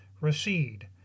recede